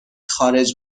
خارج